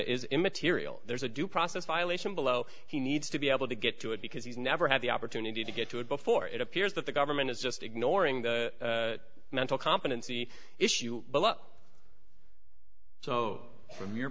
is immaterial there's a due process violation below he needs to be able to get to it because he's never had the opportunity to get to it before it appears that the government is just ignoring the mental competency issue but up so from your